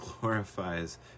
glorifies